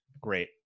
Great